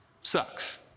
sucks